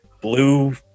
blue